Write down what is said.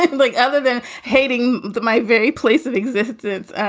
and like other than hating my very place of existence?